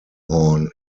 horn